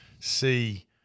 see